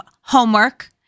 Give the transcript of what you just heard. homework